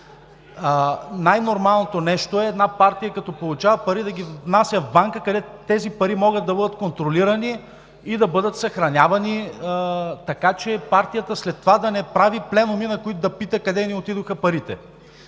Най-нормалното нещо е една партия, като получава пари, да ги внася в банка, където тези пари могат да бъдат контролирани и да бъдат съхранявани, така че партията след това да не прави пленуми, на които да пита: къде ни отидоха парите?